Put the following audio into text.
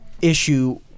issue